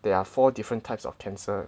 there are four different types of cancer